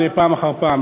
פעם אחר פעם.